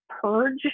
purge